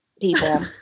People